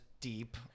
deep